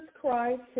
Christ